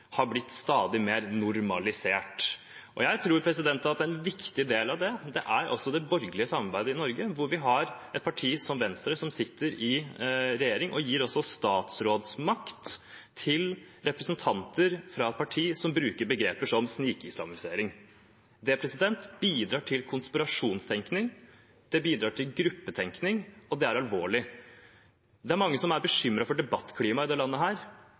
har blitt stadig mer normalisert. Jeg tror at en viktig del av det er det borgerlige samarbeidet i Norge, hvor vi har et parti som Venstre, som sitter i regjering og gir statsrådsmakt til representanter for et parti som bruker begreper som «snikislamisering». Det bidrar til konspirasjonstenkning, det bidrar til gruppetenkning, og det er alvorlig. Det er mange som er bekymret for debattklimaet i dette landet,